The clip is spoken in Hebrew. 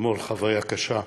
אתמול חוויה קשה,